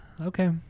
Okay